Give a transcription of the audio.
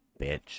bitch